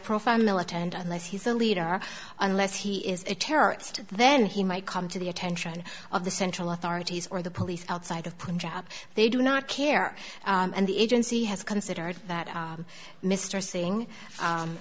profile militant unless he's a leader unless he is a terrorist then he might come to the attention of the central authorities or the police outside of punjab they do not care and the agency has considered that mr sing